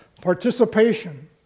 participation